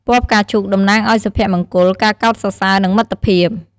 ពណ៌ផ្កាឈូក តំណាងឲ្យ សុភមង្គល ការកោតសរសើរ និង មិត្តភាព។